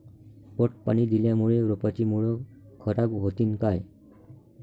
पट पाणी दिल्यामूळे रोपाची मुळ खराब होतीन काय?